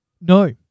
No